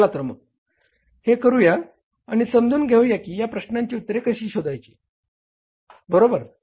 चला तर मग हे करूया आणि समजून घेऊया की या प्रश्नांची उत्तरे कशी द्यायची बरोबर